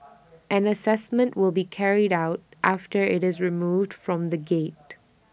an Assessment will be carried out after IT is removed from the gate